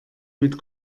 mit